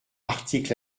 articles